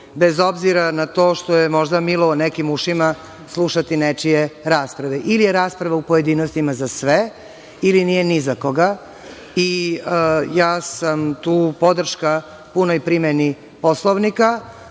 bez obzira na to što je možda milo nekim ušima slušati nečije rasprave. Ili je rasprava u pojedinosti za sve ili nije ni za koga. Ja sam tu podrška punoj primeni Poslovnika,